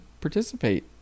participate